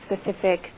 specific